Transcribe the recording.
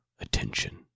attention